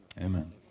Amen